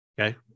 Okay